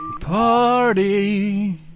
Party